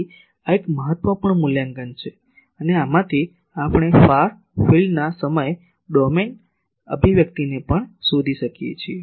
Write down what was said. તેથી આ એક મહત્વપૂર્ણ મૂલ્યાંકન છે અને આમાંથી આપણે ફારના ફિલ્ડના સમય ડોમેન અભિવ્યક્તિને પણ શોધી શકીએ છીએ